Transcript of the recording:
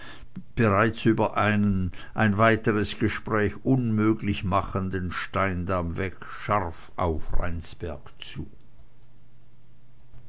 bereits über einen ein weiteres gespräch unmöglich machenden steindamm weg scharf auf rheinsberg zu